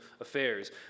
affairs